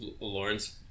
Lawrence